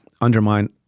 undermine